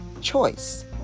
Choice